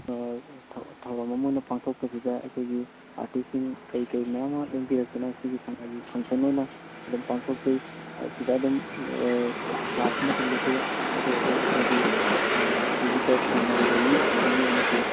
ꯊꯧꯔꯝ ꯑꯃ ꯑꯣꯏꯅ ꯄꯥꯡꯊꯣꯛꯄꯁꯤꯗ ꯑꯩꯈꯣꯏꯒꯤ ꯑꯥꯔꯇꯤꯁꯁꯤꯡ ꯀꯔꯤ ꯀꯔꯤ ꯃꯌꯥꯝ ꯑꯃ ꯂꯦꯡꯕꯤꯔꯛꯇꯨꯅ ꯁꯤꯒꯤ ꯁꯉꯥꯏꯒꯤ ꯐꯪꯁꯟ ꯑꯣꯏꯅ ꯑꯗꯨꯝ ꯄꯥꯡꯊꯣꯛꯆꯩ ꯍꯥꯏꯗꯤ ꯁꯤꯗ ꯑꯗꯨꯝ ꯂꯥꯛꯄ ꯃꯇꯝꯗꯁꯨ ꯑꯇꯩ ꯑꯇꯩ ꯑꯩꯈꯣꯏꯒꯤ ꯚꯤꯖꯤꯇꯔ ꯊꯨꯡꯉꯔꯤꯕ ꯃꯤꯁꯤꯡꯗꯨꯒꯤ ꯑꯣꯏꯅꯁꯨ